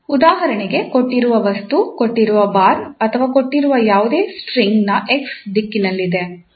ಉದಾಹರಣೆಗೆ ಕೊಟ್ಟಿರುವ ವಸ್ತು ಕೊಟ್ಟಿರುವ ಬಾರ್ ಅಥವಾ ಕೊಟ್ಟಿರುವ ಯಾವುದೇ ಸ್ಟ್ರಿಂಗ್ 𝑥 ನ ದಿಕ್ಕಿನಲ್ಲಿದೆ